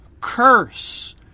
curse